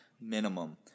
minimum